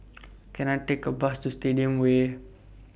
Can I Take A Bus to Stadium Way